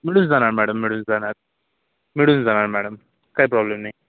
मिळून जाणार मॅडम मिळून जाणार मिळून जाणार मॅडम काय प्रॉब्लेम नाही